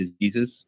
diseases